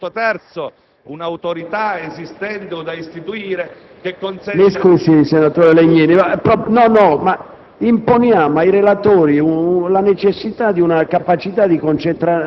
Mi scusi, senatore Legnini.